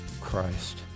Christ